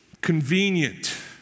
convenient